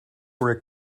were